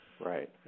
Right